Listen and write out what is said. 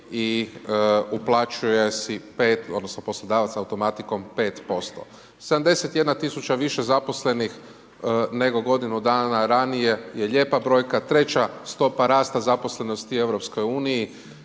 i uplaćuje si 5 odnosno poslodavac automatikom, 5%. 71 000 više zaposlenih nego godinu dana ranije je lijepa brojka. Treća stopa rasta zaposlenosti u